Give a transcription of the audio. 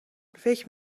فکر